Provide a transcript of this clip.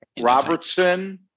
Robertson